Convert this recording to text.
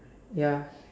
ya